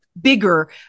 bigger